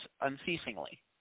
unceasingly